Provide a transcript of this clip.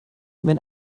wenn